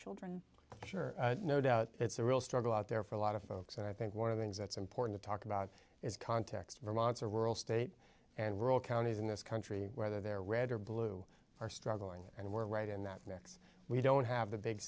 children no doubt it's a real struggle out there for a lot of folks and i think one of the things that's important to talk about is context vermont's a rural state and rural counties in this country whether they're red or blue are struggling and we're right in that mix we don't have the big